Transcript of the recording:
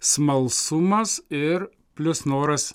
smalsumas ir plius noras